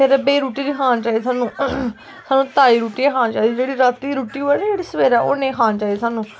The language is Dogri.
फिर बेई रुट्टी नी खानी चाहिदी सानू सानू ताज़ी रुट्टी गै खानी चाहिदी जेह्ड़ी रातीं दी रुट्ट होऐ नी जेह्ड़ी सवेरै नेईं खानी चाहिदी सानू